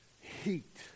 heat